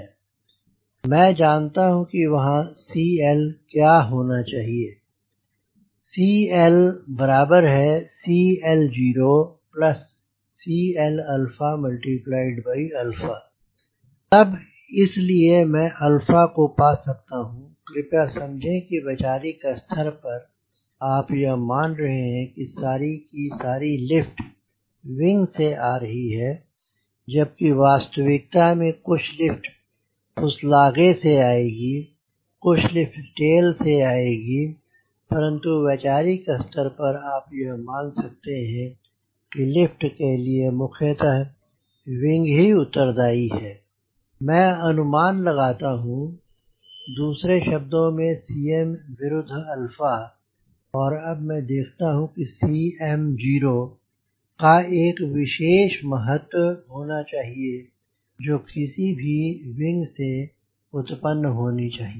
मैं जनता हूँ वहाँ CL क्या होना चाहिए CLCL0CL तब इसलिए मैं अल्फा को पा सकता हूँ कृपया समझें कि वैचारिक स्तर पर आप यह मान रहे हैं कि सारी की सारी लिफ्ट विंग से आ रही है जब कि वास्तविकता में कुछ लिफ्ट फुसलागे से आएगी कुछ लिफ्ट टेल से आएगी परन्तु वैचारिक स्तर पर आप यह मान सकते हैं कि लिफ्ट के लिए मुख्यतः विंग ही उत्तरदायी है मैं अनुमान लगाता हूँ दूसरे शब्दों में Cm विरुद्ध और अब मैं देखता हूँ कि Cmo का एक विशेष मान होना चाहिए जो किसी भी विंग से उत्पन्न होनी चाहिए